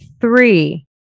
three